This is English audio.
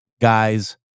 guys